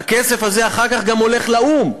זה אחר כך גם הולך לאו"ם.